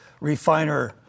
refiner